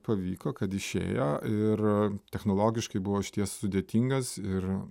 pavyko kad išėjo ir technologiškai buvo išties sudėtingas ir